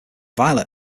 violet